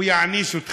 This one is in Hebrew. הוא יעניש אתכם,